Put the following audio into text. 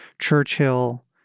Churchill